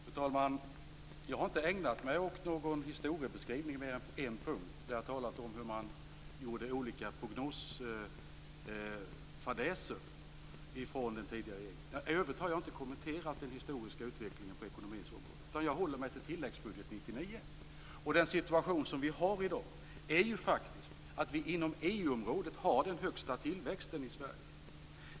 Fru talman! Jag har inte ägnat mig åt någon historiebeskrivning mer än på en punkt, där jag talat om hur man från den tidigare regeringen gjorde olika prognosfadäser. I övrigt har jag inte kommenterat den historiska utvecklingen på ekonomins område. Jag håller mig till tilläggsbudget 1999. Den situation vi har i dag är att inom EU-området har Sverige den högsta tillväxten.